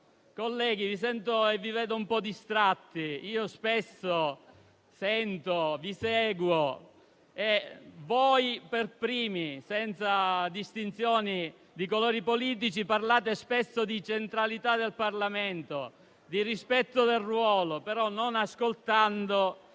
e vi vedo un po' distratti. Spesso seguo i vostri interventi e voi per primi, senza distinzione di colori politici, parlate spesso di centralità del Parlamento, di rispetto del ruolo, ma, non ascoltando,